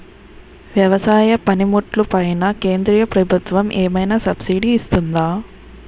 వ్యవసాయ పనిముట్లు పైన కేంద్రప్రభుత్వం ఏమైనా సబ్సిడీ ఇస్తుందా?